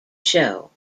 show